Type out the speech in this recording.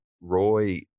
Roy